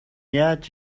яаж